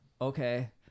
okay